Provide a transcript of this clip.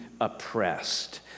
oppressed